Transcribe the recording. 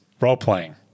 role-playing